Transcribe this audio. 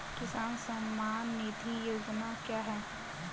किसान सम्मान निधि योजना क्या है?